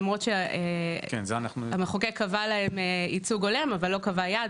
למרות שהמחוקק קבע להם ייצוג הולם אך לא קבע יעד,